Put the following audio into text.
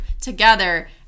together